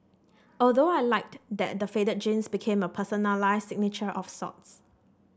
although I liked that the faded jeans became a personalised signature of sorts